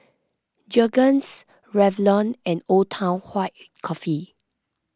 Jergens Revlon and Old Town White Coffee